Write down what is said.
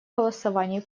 голосовании